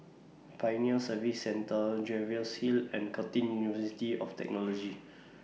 Pioneer Service Centre Jervois Hill and Curtin University of Technology